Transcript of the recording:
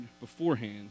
beforehand